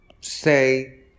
say